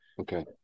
Okay